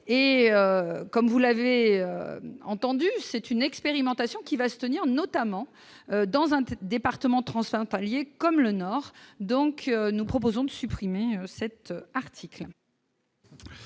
et, comme vous l'avez entendu c'est une expérimentation qui va se tenir, notamment dans un petit département transfrontaliers comme le Nord, donc nous proposons de supprimer cet article.